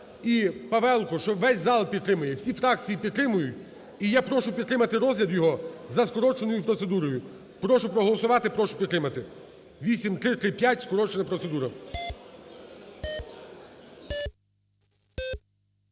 і Павелко, що весь зал підтримує, всі фракції підтримують. І я прошу підтримати розгляд його за скороченою процедурою. Прошу проголосувати, прошу підтримати, 8335 – скорочена процедура.